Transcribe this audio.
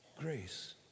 grace